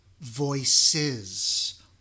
voices